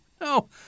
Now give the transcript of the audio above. No